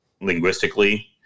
linguistically